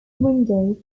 window